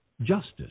justice